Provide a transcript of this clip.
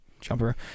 jumper